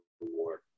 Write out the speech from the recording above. reward